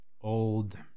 old